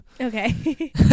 Okay